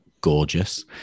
gorgeous